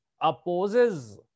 opposes